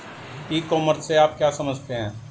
ई commerce से आप क्या समझते हैं?